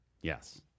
yes